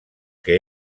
que